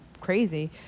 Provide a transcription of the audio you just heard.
crazy